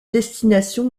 destinations